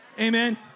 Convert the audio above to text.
amen